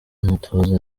n’umutuzo